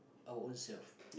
our ownself